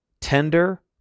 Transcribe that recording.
tender